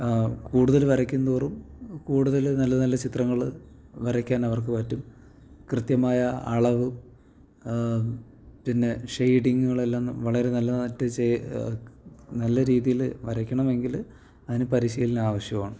കൂടുതല് വരയ്ക്കും തോറും കൂടുതല് നല്ല നല്ല ചിത്രങ്ങള് വരയ്ക്കാൻ അവർക്ക് പറ്റും കൃത്യമായ അളവ് പിന്നെ ഷേഡിങ്ങുകളെല്ലാം വളരെ നല്ലതായിട്ട് ചെയ് നല്ല രീതിയില് വരയ്ക്കണമെങ്കില് അതിന് പരിശീലനം ആവശ്യമാണ്